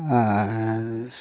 ᱟᱨ